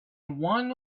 one